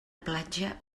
platja